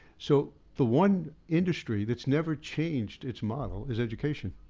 so, the one industry that's never changed its model, is education.